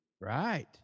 right